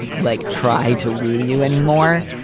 like, try to woo you anymore.